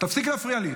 תפסיק להפריע לי.